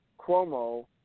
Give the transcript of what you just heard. Cuomo